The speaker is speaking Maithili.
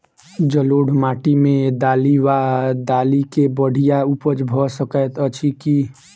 जलोढ़ माटि मे दालि वा दालि केँ बढ़िया उपज भऽ सकैत अछि की?